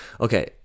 Okay